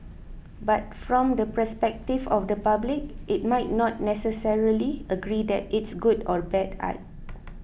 but from the perspective of the public it might not necessarily agree that it's good or bad art